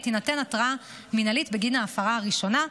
תינתן התראה מינהלית בגין ההפרה הראשונה.